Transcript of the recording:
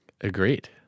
Agreed